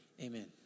Amen